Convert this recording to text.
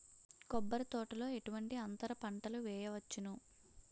కొబ్బరి తోటలో ఎటువంటి అంతర పంటలు వేయవచ్చును?